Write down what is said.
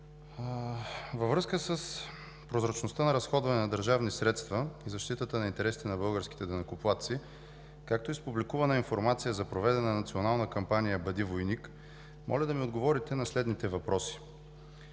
във връзка с прозрачността на разходване на държавни средства и защитата на интересите на българските данъкоплатци, както и с публикувана информация за проведена национална кампания „Бъди войник“, моля да ми отговорите на следните въпроси: